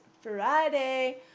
Friday